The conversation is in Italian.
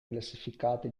classificate